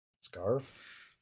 Scarf